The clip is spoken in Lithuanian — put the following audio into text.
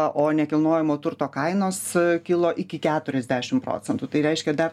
o nekilnojamo turto kainos kilo iki keturiasdešimt procentų tai reiškia dar